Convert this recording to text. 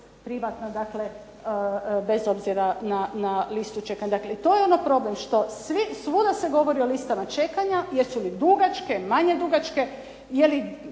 privatnog, dakle bez obzira na listu čekanja. To je onaj problem, što svuda se govori o listama čekanja jel će biti dugačke, manje dugačke,